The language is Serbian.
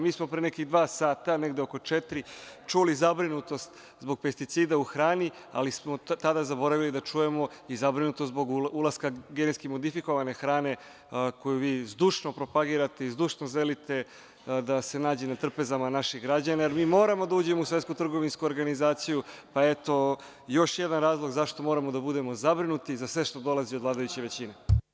Mi smo pre nekih dva sata, negde oko četiri čuli zabrinutost zbog pesticida u hrani, ali smo tada zaboravili da čujemo i zabrinutost zbog ulaska genetski modifikovane hrane, koju vi zdušno propagirate i zdušno želite da se nađe na trpezama naših građana, jer mi moramo da uđemo u Svetsku trgovinsku organizaciju, pa eto, još jedan razlog zašto moramo da budemo zabrinuti za sve što dolazi od vladajuće većine.